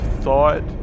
thought